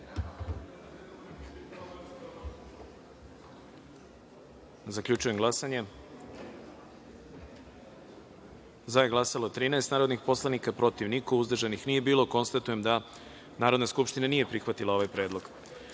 predlog. Zaključujem glasanje: za je glasalo – 13 narodnih poslanika, protiv – niko, uzdržanih – nije bilo. Konstatujem da Narodna skupština nije prihvatila ovaj predlog. Narodni